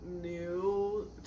new